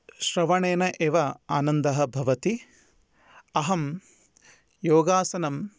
श्रवणेन एव आनन्दः भवति अहं योगासनं